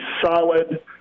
solid